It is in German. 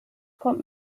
kommt